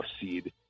seed